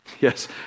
Yes